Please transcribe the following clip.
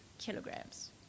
kilograms